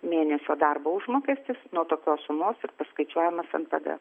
mėnesio darbo užmokestis nuo tokios sumos ir paskaičiuojamas npd